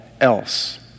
else